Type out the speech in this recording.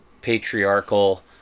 patriarchal